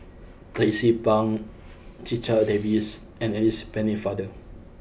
Tracie Pang Checha Davies and Alice Pennefather